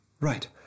Right